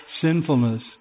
sinfulness